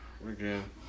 Again